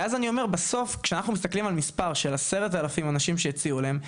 ואז אני אומר שאנחנו מסתכלים על מספר של 10 אלף איש שהציעו להם,